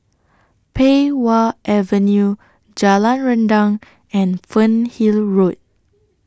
Pei Wah Avenue Jalan Rendang and Fernhill Road